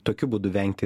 tokiu būdu vengti